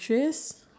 okay